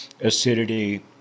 acidity